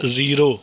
zero